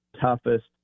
toughest